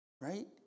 Right